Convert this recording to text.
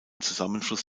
zusammenfluss